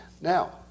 Now